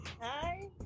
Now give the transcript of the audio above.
Hi